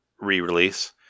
re-release